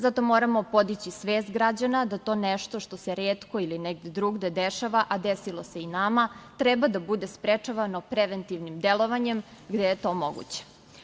Zato, moramo podići svest građana da to nešto što se retko ili negde drugde dešava, a desilo se i nama, treba da bude sprečavano preventivnim delovanjem, gde je to moguće.